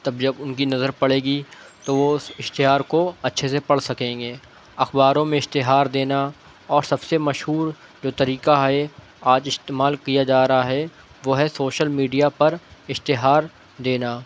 تب جب ان کی نظر پڑے گی تو وہ اس اشتہار کو اچھے سے پڑھ سکیں گے اخباروں میں اشتہار دینا اور سب سے مشہور جو طریقہ ہے آج استعمال کیا جا رہا ہے وہ ہے سوشل میڈیا پر اشتہار دینا